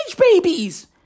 babies